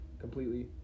completely